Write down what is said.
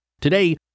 Today